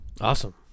Awesome